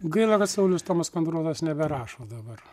gaila kad saulius tomas kondrotas neberašo dabar